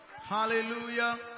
Hallelujah